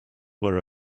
were